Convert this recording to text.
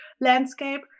landscape